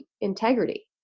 integrity